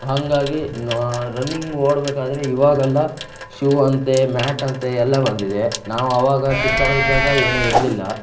ಹಾಗಾಗಿ ನ್ವಾ ರನ್ನಿಂಗ್ ಓಡಬೇಕಾದ್ರೆ ಇವಾಗೆಲ್ಲ ಶೂ ಅಂತೇ ಮ್ಯಾಟಂತೆ ಎಲ್ಲ ಬಂದಿದೆ ನಾವು ಅವಾಗ ಚಿಕ್ಕವರಿದ್ದಾಗ ಏನೂ ಇರಲಿಲ್ಲ